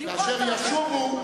כאשר ישובו,